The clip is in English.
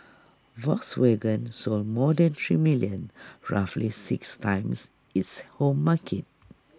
Volkswagen sold more than three million roughly six times its home market